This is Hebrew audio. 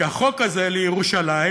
כי החוק הזה על ירושלים,